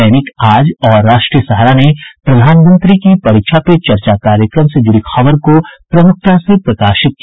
दैनिक आज और राष्ट्रीय सहारा ने प्रधानमंत्री की परीक्षा पे चर्चा कार्यक्रम से जुड़ी खबर को प्रमुखता से प्रकाशित किया